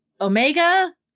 Omega